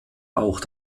auch